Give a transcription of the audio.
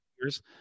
years